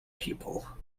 people